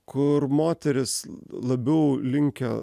kur moterys labiau linkę